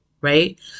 Right